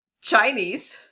Chinese